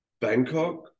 Bangkok